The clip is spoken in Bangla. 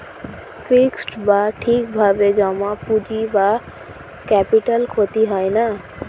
ফিক্সড বা ঠিক ভাবে জমা পুঁজি বা ক্যাপিটাল ক্ষতি হয় না